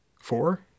Four